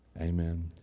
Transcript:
Amen